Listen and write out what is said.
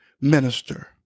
minister